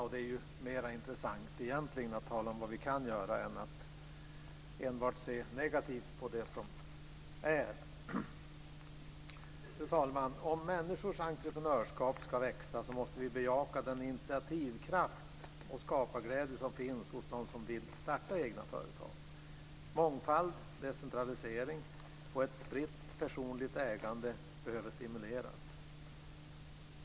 Och det är ju egentligen mer intressant att tala om vad vi kan göra än att enbart se negativt på det som är. Fru talman! Om människors entreprenörskap ska växa måste vi bejaka den initiativkraft och skaparglädje som finns hos dem som vill starta egna företag. Mångfald, decentralisering och ett spritt personligt ägande behöver stimuleras.